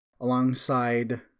alongside